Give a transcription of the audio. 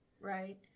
right